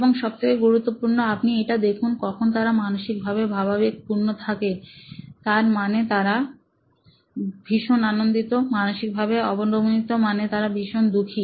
এবং সব থেকে গুরুত্বপূর্ণ আপনি এটা দেখুন কখন তারা মানসিকভাবে ভাবাবেগ পূর্ণ থাকে তার মানে তারা ভীষণ আনন্দিত মানসিকভাবে অবদমিত মানে তারা ভীষণ দুঃখী